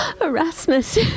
Erasmus